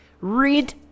Read